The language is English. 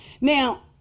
Now